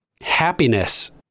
happiness